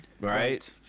right